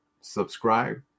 subscribe